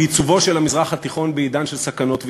בעיצובו של המזרח התיכון בעידן של סכנות ואיומים.